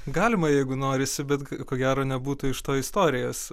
galima jeigu norisi bet ko gero nebūtų iš to istorijos